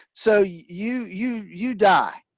so, you you you you die,